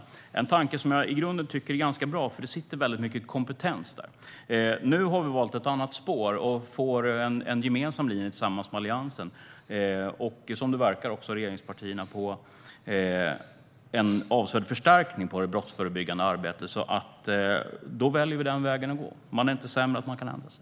Det är en tanke som jag tycker är ganska bra i grunden, för där finns mycket kompetens. Nu har vi valt ett annat spår och får en gemensam linje tillsammans med Alliansen - och, som det verkar, också med regeringspartierna - för en avsevärd förstärkning av det brottsförebyggande arbetet. Då väljer vi att gå den vägen - man är inte sämre än att man kan ändra sig.